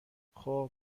خوب